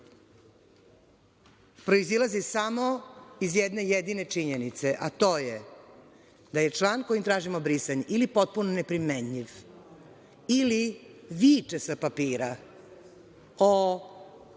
proizilazi samo iz jedne jedine činjenice, a to je da je član, kojim tražimo brisanje, ili potpuno neprimenjiv, ili viče sa papira o